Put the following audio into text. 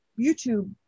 YouTube